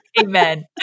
Amen